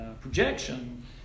projection